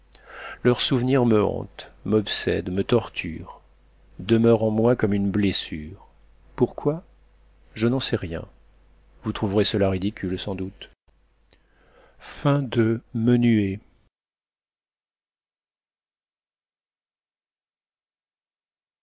leur souvenir me hante m'obsède me torture demeure en moi comme une blessure pourquoi je n'en sais rien vous trouverez cela ridicule sans doute